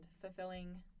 fulfilling